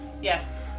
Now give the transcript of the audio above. Yes